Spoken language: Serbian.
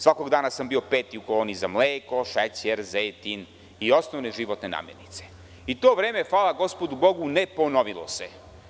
Svakog dana sam bio peti u koloni za mleko, šećer, zejtin i osnovne životne namirnice i to vreme, hvala Gospodu Bogu, ne ponovilo se.